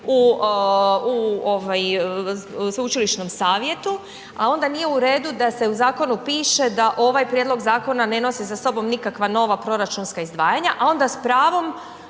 u sveučilišnom savjetu a onda nije u redu da se u zakonu piše da ovaj prijedlog zakona ne nosi sa sobom nikakva nova proračunska izdvajanja a onda s pravom